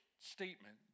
statement